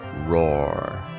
roar